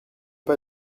pas